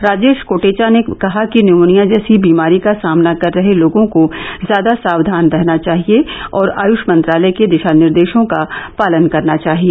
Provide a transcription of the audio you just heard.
राजेश कोटेचा ने कहा कि न्यूमोनिया जैसी बीमारी का सामना कर रहे लोगों को ज्यादा साक्षान रहना चाहिए और आयुष मंत्रालय के दिशा निर्देशों का पालन करना चाहिए